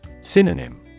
Synonym